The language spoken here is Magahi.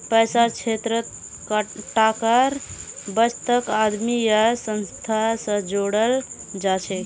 पैसार क्षेत्रत टाकार बचतक आदमी या संस्था स जोड़ाल जाछेक